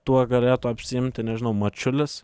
tuo galėtų apsiimti nežinau mačiulis